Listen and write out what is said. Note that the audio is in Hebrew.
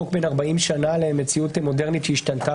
חוק בן 40 שנה למציאות מודרנית שהשתנתה